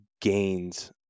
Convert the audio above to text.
gains